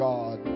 God